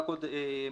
רק עוד משפט.